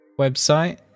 website